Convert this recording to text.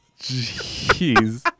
Jeez